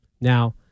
Now